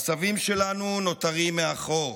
הסבים שלנו נותרים מאחור,